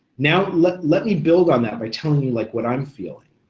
now let let me build on that by telling you like what i'm feeling.